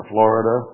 Florida